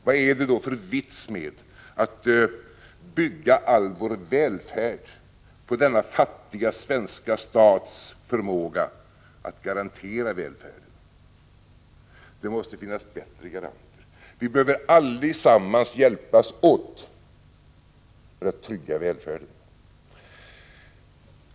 Vad är det då för vits med att bygga all vår välfärd på denna fattiga svenska stats förmåga att garantera välfärden? Det måste finnas bättre garanter. Vi behöver allesammans hjälpas åt för att trygga välfärden.